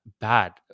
bad